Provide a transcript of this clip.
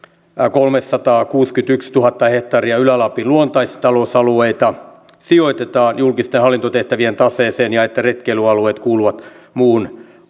kolmesataakuusikymmentätuhatta hehtaaria ylä lapin luontaistalousalueita sijoitetaan julkisten hallintotehtävien taseeseen ja että retkeilyalueet kuuluvat muun